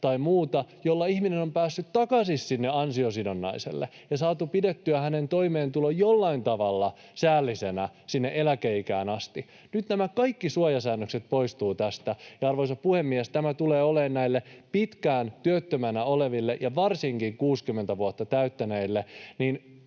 tai muuta, joilla ihminen on päässyt takaisin sinne ansiosidonnaiselle ja on saatu pidettyä hänen toimeentulonsa jollain tavalla säällisenä sinne eläkeikään asti. Nyt nämä kaikki suojasäännökset poistuvat tästä, ja, arvoisa puhemies, tämä tulee olemaan näille pitkään työttömänä oleville ja varsinkin 60 vuotta täyttäneille